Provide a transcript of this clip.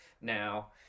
now